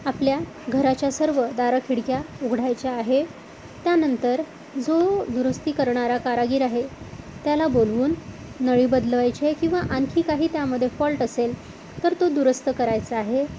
आपल्या घराच्या सर्व दारं खिडक्या उघडायच्या आहे त्यानंतर जो दुरुस्ती करणारा कारागीर आहे त्याला बोलवून नळी बदलवायचे किंवा आणखी काही त्यामध्ये फॉल्ट असेल तर तो दुरुस्त करायचा आहे